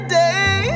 day